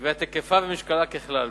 בקביעת היקפה ומשקלה ככלל,